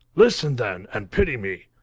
listen then, and pity me.